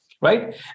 right